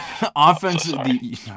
Offensively